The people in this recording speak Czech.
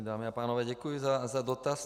Dámy a pánové, děkuji za dotaz.